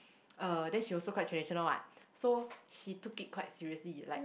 uh then she also quite traditional what so she took it quite seriously like